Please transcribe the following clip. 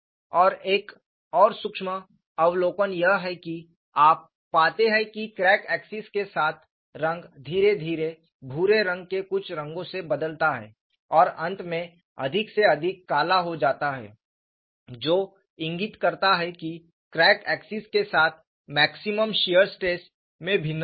और एक और सूक्ष्म अवलोकन यह है कि आप पाते हैं कि क्रैक एक्सिस के साथ रंग धीरे धीरे भूरे रंग के कुछ रंगों से बदलता है और अंत में अधिक से अधिक काला हो जाता है जो इंगित करता है कि क्रैक एक्सिस के साथ मैक्सिमम शियर स्ट्रेस में भिन्नता है